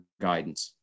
guidance